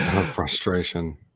Frustration